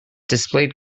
displayed